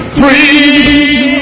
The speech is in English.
free